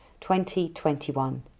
2021